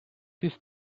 fifth